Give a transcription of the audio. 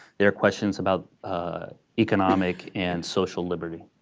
they are questions about economic and social liberty.